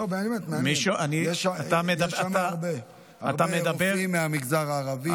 יש שם הרבה מהמגזר הערבי.